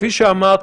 כפי שאמרת,